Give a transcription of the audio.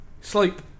Sleep